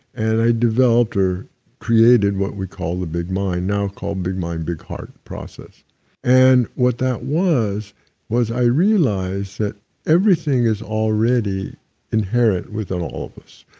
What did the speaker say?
and i developed or created what we call the big mind, now called big mind big heart process and what that was was i realized that everything is already inherent within all of us,